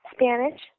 Spanish